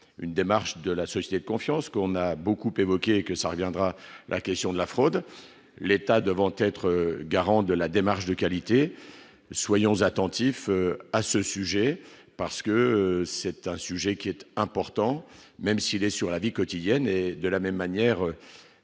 une démarche de la société de confiance qu'on a beaucoup évoqué que ça reviendra, la question de la fraude, l'État devant être garant de la démarche de qualité, soyons attentifs à ce sujet parce que c'est un sujet qui était important, même s'il est sur la vie quotidienne et de la même manière,